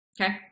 Okay